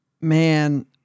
Man